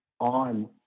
on